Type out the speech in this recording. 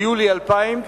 ביולי 2000,